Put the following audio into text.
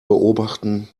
beobachten